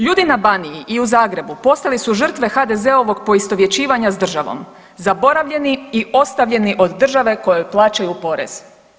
Ljudi na Baniji i u Zagrebu postali su žrtve HDZ-ovog poistovjećivanja s državom, zaboravljeni i ostavljeni od države kojoj plaćaju porez.